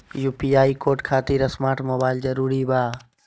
UPI code खातिर smart mobile जरूरी बा?